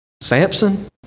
Samson